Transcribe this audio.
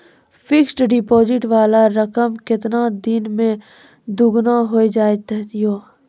Fixed deposit वाला रकम केतना दिन मे दुगूना हो जाएत यो?